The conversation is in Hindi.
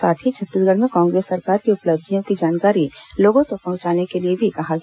साथ ही छत्तीसगढ़ में कांग्रेस सरकार की उपलब्धियों की जानकारी लोगों तक पहुंचाने के लिए कहा गया